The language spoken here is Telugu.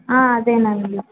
అదేనండీ